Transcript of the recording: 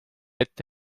ette